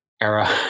era